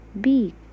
beak